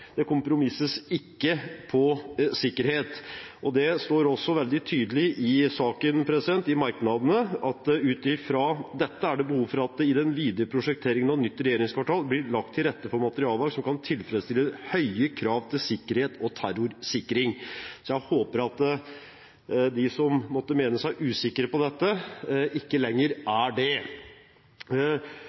Det kompromisses ikke på sikkerhet. Det står også veldig tydelig i merknadene i saken at ut ifra dette er det behov for at det i den videre prosjekteringen av nytt regjeringskvartal blir lagt til rette for materialvalg som kan tilfredsstille høye krav til sikkerhet og terrorsikring. Jeg håper at de som måtte mene seg usikre på dette, ikke lenger er det.